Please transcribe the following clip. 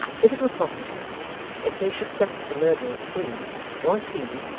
if it were possible if they should set the murderer free was he,